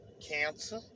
Cancer